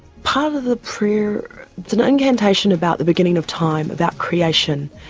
part of the prayer. it's an incantation about the beginning of time, about creation,